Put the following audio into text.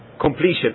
completion